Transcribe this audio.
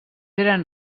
eren